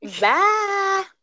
Bye